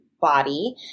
body